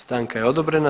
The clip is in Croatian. Stanka je odobrena.